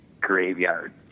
Graveyard